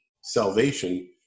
salvation